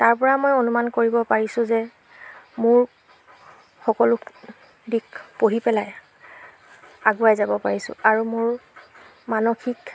তাৰপৰা মই অনুমান কৰিব পাৰিছোঁ যে মোৰ সকলো দিশ পঢ়ি পেলাই আগুৱাই যাব পাৰিছোঁ আৰু মোৰ মানসিক